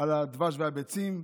של הדבש והביצים,